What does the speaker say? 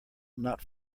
not